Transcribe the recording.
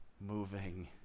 moving